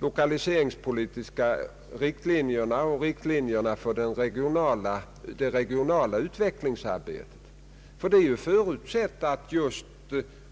lokaliseringspolitiska riktlinjerna och riktlinjerna för det regionala utvecklingsarbetet.